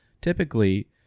typically